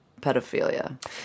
pedophilia